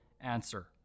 answer